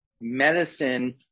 medicine